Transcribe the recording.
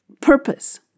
purpose